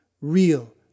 real